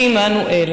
כי עמנו אל"